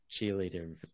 cheerleader